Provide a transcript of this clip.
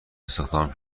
استخدامم